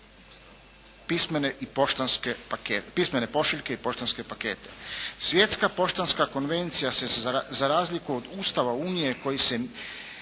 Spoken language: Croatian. pismene pošiljke i poštanske pakete. Svjetska poštanska konvencija se za razliku od Ustava Unije koji se